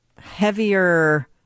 heavier